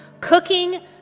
cooking